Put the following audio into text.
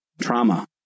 trauma